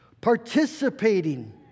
participating